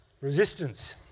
resistance